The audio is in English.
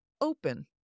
open